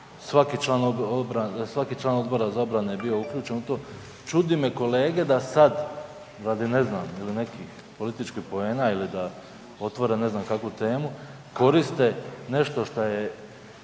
svaki član Odbora za obranu je bio uključen u to. Čudi me kolege da sad, radi ne znam ili nekih političkih poena ili da otvore ne znam kakvu temu, koriste nešto što,